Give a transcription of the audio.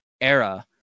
era